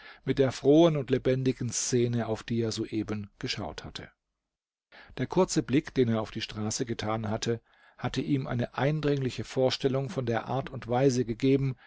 mit der frohen und lebendigen szene auf die er soeben geschaut hatte der kurze blick den er auf die straße getan hatte hatte ihm eine eindringliche vorstellung von der art und weise gegeben